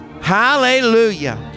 Hallelujah